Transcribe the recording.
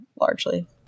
largely